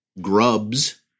grubs